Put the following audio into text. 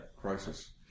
Crisis